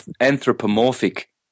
anthropomorphic